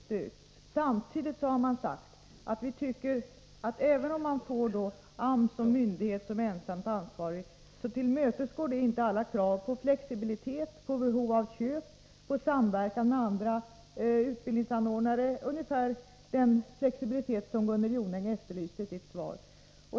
Samtidigt har man sagt att även om AMS som myndighet ensam får bli ansvarig, tillmötesgår det inte alla krav på flexibilitet, behov av köp och samverkan med andra utbildningsanordnare — dvs. ungefär den flexibilitet som Gunnel Jonäng efterlyste.